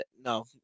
No